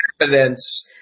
evidence